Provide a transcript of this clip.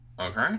Okay